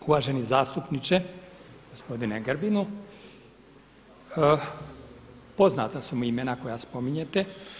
Uvaženi zastupniče, gospodine Grbinu poznata su mi imena koja spominjete.